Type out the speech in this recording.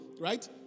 right